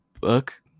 Book